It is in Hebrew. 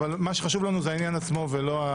לנו העניין עצמו.